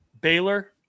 Baylor